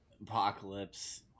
apocalypse